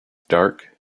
dark